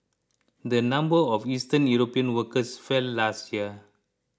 the number of Eastern European workers fell last year